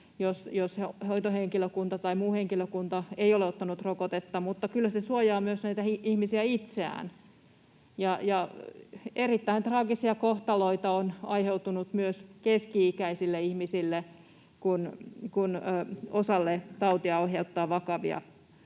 jos hoitohenkilökunta tai muu henkilökunta ei ole ottanut rokotetta, mutta kyllä se suojaa myös näitä ihmisiä itseään. Erittäin traagisia kohtaloita on aiheutunut myös keski-ikäisille ihmisille, kun osalle tauti aiheuttaa vakavia